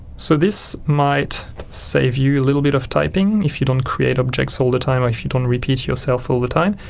so this might save you a little bit of typing if you don't create objects all the time and if you don't repeat yourself all the time,